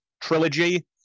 trilogy